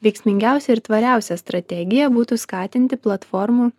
veiksmingiausia ir tvariausia strategija būtų skatinti platformų